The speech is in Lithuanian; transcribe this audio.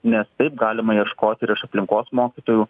nes taip galima ieškoti ir iš aplinkos mokytojų